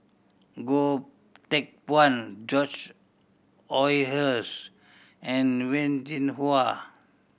Goh Teck Phuan George Oehlers and Wen Jinhua